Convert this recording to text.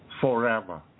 Forever